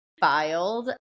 filed